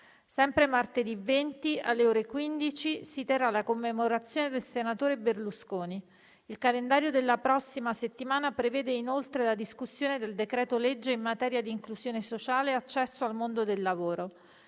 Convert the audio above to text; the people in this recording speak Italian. Sempre martedì 20, alle ore 15, si terrà la commemorazione del senatore Berlusconi. Il calendario della prossima settimana prevede inoltre la discussione del decreto-legge in materia di inclusione sociale e accesso al mondo del lavoro.